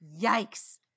Yikes